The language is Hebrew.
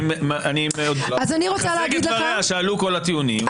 אני רוצה להגיד לך ------ עלו כל הטיעונים.